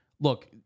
look